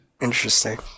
Interesting